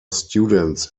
students